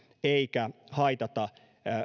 eikä haitata